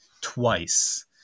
twice